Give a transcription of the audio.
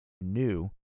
new